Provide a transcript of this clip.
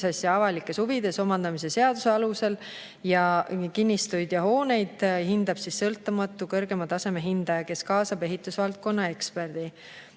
avalikes huvides omandamise seaduse alusel ning kinnistuid ja hooneid hindab sõltumatu kõrgema taseme hindaja, kes kaasab ehitusvaldkonna eksperdi.